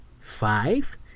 five